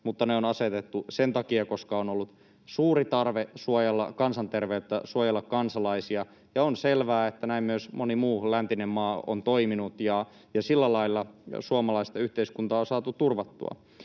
mutta ne on asetettu sen takia, että on ollut suuri tarve suojella kansanterveyttä ja suojella kansalaisia, ja on selvää, että näin myös moni muu läntinen maa on toiminut, ja sillä lailla suomalaista yhteiskuntaa on saatu turvattua.